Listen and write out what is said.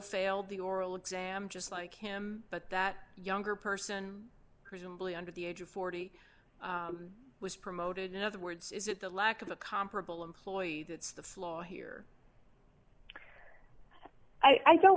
failed the oral exam just like him but that younger person presumably under the age of forty was promoted in other words is it the lack of a comparable employee that's the flaw here i don't